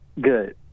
Good